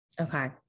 Okay